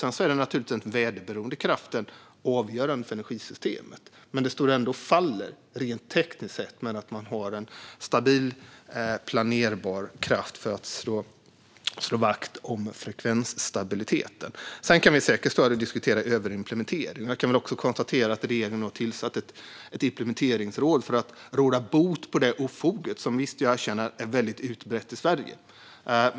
Sedan är den väderberoende kraften naturligtvis avgörande för energisystemet, men rent tekniskt står och faller det ändå med att man har en stabil, planerbar kraft för att kunna slå vakt om frekvensstabiliteten. Sedan kan vi säkert stå här och diskutera överimplementering, och jag kan konstatera att regeringen har tillsatt ett implementeringsråd för att råda bot på det ofog som - visst, jag erkänner - är väldigt utbrett i Sverige.